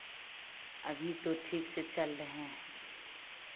अभी तो ठीक से चल रहे हैं